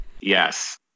Yes